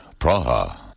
Praha